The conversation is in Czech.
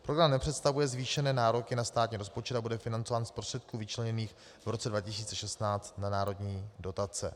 Program nepředstavuje zvýšené nároky na státní rozpočet a bude financován z prostředků vyčleněných v roce 2016 na národní dotace.